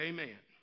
Amen